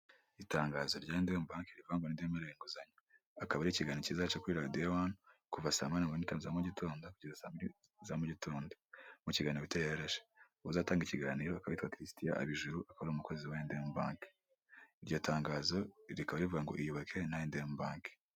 Itangazo rya ayendemu banki rivuga ngo ni inde wemerewe inguzanyo, akaba ari ikiganiro kizaca kuri radio wani kuva saa moya na mirongo ine n'itanu za mu gitondo kugeza saambili za mu gitondo mu kiganiro bategereje, uzatanga ikiganiro akaba yitwa Christian abijuru akoba ari umukozi ayendemu banki iryo tangazo rikaba rivuga ngo iyubake na ayendemu banki.